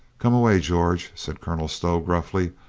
come away, george, said colonel stow gruffly,